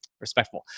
respectful